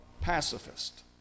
pacifist